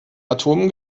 atomen